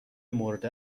مورد